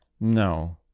No